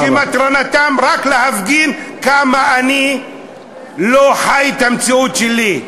שמטרתם רק להפגין כמה אני לא חי את המציאות שלי.